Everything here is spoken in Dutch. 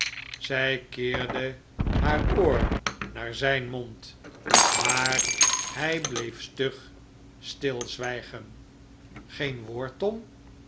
zij keerde haar oor naar zijn mond maar hij bleef stug stilzwijgen geen woord tom